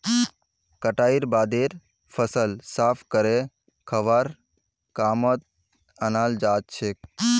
कटाईर बादे फसल साफ करे खाबार कामत अनाल जाछेक